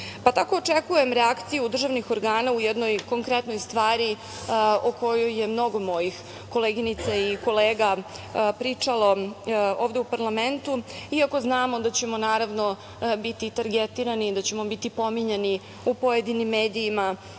očekujem reakciju državnih organa u jednoj konkretnoj stvari o kojoj je mnogo mojih koleginica i kolega pričalo ovde u parlamentu. Iako znamo da ćemo biti targetirani, da ćemo biti pominjani u pojedinim medijima